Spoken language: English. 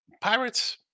Pirates